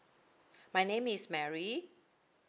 my name is mary